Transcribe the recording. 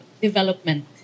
development